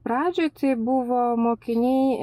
pradžioj tai buvo mokiniai